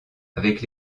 avec